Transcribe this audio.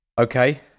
Okay